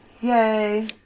Yay